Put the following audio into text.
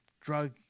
drug